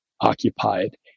occupied